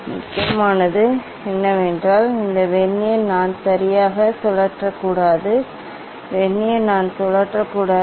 முக்கியமானது என்னவென்றால் இந்த வெர்னியர் நான் சரியாக சுழற்றக்கூடாது வெர்னியர் நான் சுழற்றக்கூடாது